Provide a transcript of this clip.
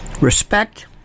respect